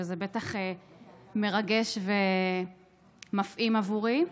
וזה בטח מרגש ומפעים עבורי.